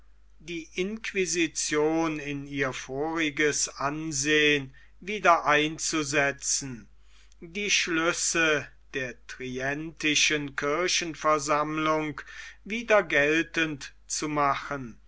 die inquisition in ihr voriges ansehen wieder einzusetzen die schlüsse der trientischen kirchenversammlung wieder geltend zu machen